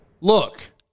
look